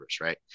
right